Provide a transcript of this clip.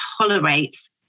tolerates